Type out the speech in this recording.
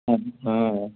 ಹ್ಞೂ ಹಾಂ